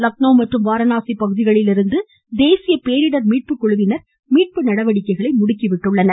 லக்னோ மற்றும் வாரணாசி பகுதிகளிலிருந்து தேசிய பேரிடர் மீட்புக்குழுவினர் மீட்பு நடவடிக்கைகளை முடுக்கிவிட்டுள்ளனர்